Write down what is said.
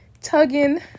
tugging